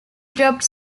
dropped